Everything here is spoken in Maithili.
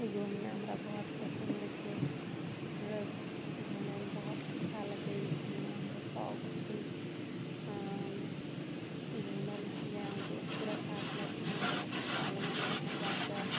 घूमना हमरा बहुत पसन्द छै हमरा घुमैमे बहुत अच्छा लगै छै घूमना हमर शौक छी घुमै जाइमे दोस्त सबके साथ घुमै जाइमे हमरा बहुत अच्छा लगै छइ वहाँ जाकऽ